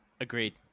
Agreed